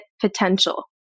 potential